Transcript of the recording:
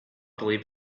believe